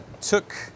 took